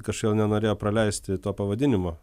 kažkodėl nenorėjo praleisti to pavadinimo